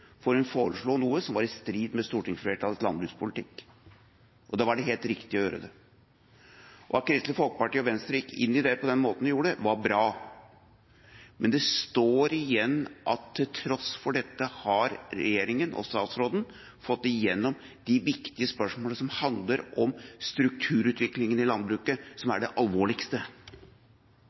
fordi hun foreslo noe som var i strid med stortingsflertallets landbrukspolitikk. Da var det helt riktig å gjøre det. Det at Kristelig Folkeparti og Venstre gikk inn i det på den måten de gjorde, var bra. Men det står igjen at til tross for dette har regjeringa og statsråden fått gjennom de viktige spørsmålene, som handler om strukturutviklinga i landbruket, som er det alvorligste.